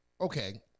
okay